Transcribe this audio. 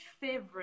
favorite